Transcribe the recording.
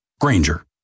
Granger